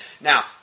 now